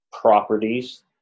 properties